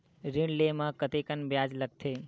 ऋण ले म कतेकन ब्याज लगथे?